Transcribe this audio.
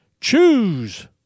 Choose